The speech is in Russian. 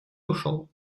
ушел